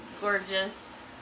gorgeous